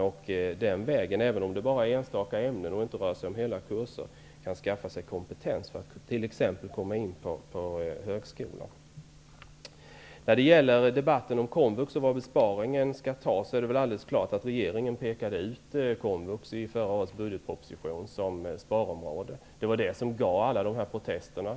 Även om det bara rör sig om enstaka ämnen och inte hela kurser, kan man skaffa sig kompetens för att t.ex. komma in på en högskola. När det gäller debatten om Komvux och om var besparingen skall göras, är det helt klart att regeringen pekade ut Komvux i förra årets budgetproposition som sparområde. Det var detta som gav upphov till alla protester.